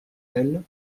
elle